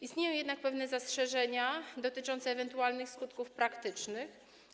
Istnieją jednak pewne zastrzeżenia dotyczące ewentualnych skutków praktycznych.